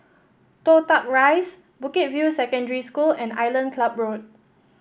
Toh Tuck Rise Bukit View Secondary School and Island Club Road